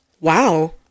Wow